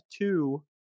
two